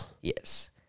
Yes